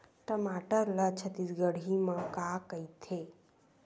टमाटर ला छत्तीसगढ़ी मा का कइथे?